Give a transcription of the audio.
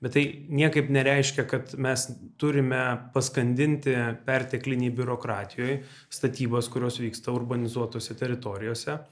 bet tai niekaip nereiškia kad mes turime paskandinti perteklinėj biurokratijoj statybos kurios vyksta urbanizuotose teritorijose